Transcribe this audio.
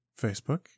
Facebook